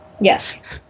Yes